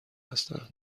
هستند